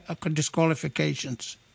disqualifications